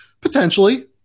Potentially